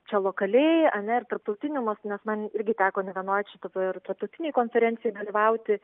čia lokaliai ar ne ir tarptautiniu mastu nes man irgi teko ne vienoj čia ir tarptautinėj konferencijoj dalyvauti